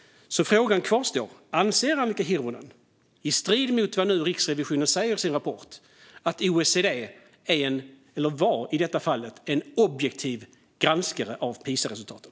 Frågan kvarstår. Anser Annika Hirvonen, i strid med vad Riksrevisionen säger i sin rapport, att OECD i detta fallet var en objektiv granskare av Pisaresultaten?